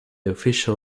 official